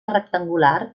rectangular